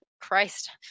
Christ